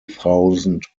thousand